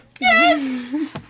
Yes